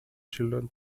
children